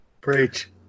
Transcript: Preach